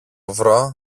βρω